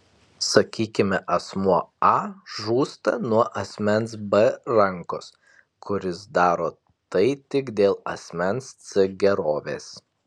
sakykime asmuo a žūsta nuo asmens b rankos kuris daro tai tik dėl asmens c gerovės